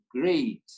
great